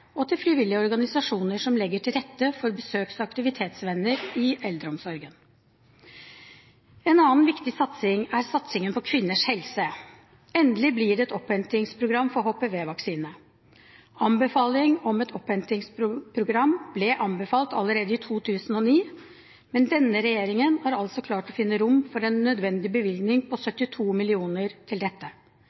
og til frivillige organisasjoner som legger til rette for besøks- og aktivitetsvenner i eldreomsorgen. En annen viktig satsing er satsingen på kvinners helse. Endelig blir det et opphentingsprogram for HPV-vaksine. Anbefaling om et opphentingsprogram ble gitt allerede i 2009, men denne regjeringen har altså klart å finne rom for en nødvendig bevilgning på 72 mill. kr til dette.